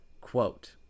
Quote